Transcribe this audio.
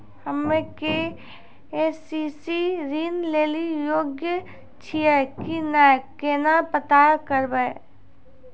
हम्मे के.सी.सी ऋण लेली योग्य छियै की नैय केना पता करबै?